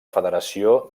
federació